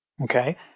Okay